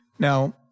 Now